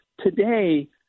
today